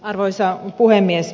arvoisa puhemies